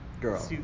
Girl